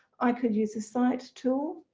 i could use a cite tool,